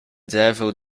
devil